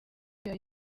bya